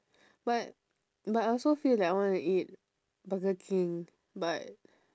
but but I also feel like I wanba eat burger king but